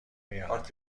میارمش